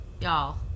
y'all